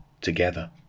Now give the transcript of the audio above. together